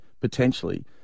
potentially